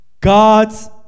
God's